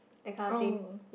oh